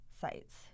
sites